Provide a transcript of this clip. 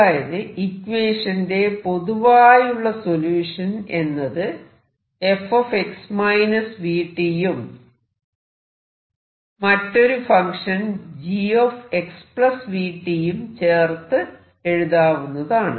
അതായത് ഇക്വേഷന്റെ പൊതുവായുള്ള സൊല്യൂഷൻ എന്നത് f യും മറ്റൊരു function g x v t യും ചേർത്ത് എഴുതാവുന്നതാണ്